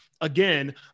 Again